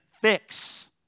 fix